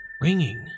ringing